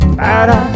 para